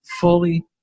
fully